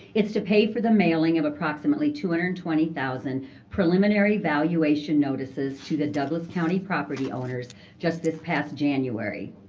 it's to pay for the mailing of approximately two hundred and twenty thousand preliminary evaluation notices to the douglas county property owners just this past january.